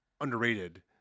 underrated